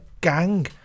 gang